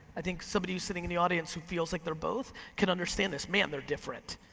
i think somebody who's sitting in the audience who feels like they're both can understand this. man, they're different.